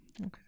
okay